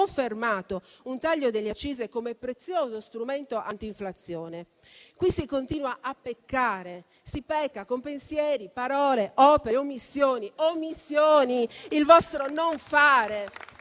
confermato un taglio delle accise come prezioso strumento antinflazione. Qui si continua a peccare con pensieri, parole, opere e omissioni, con il vostro non fare.